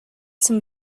some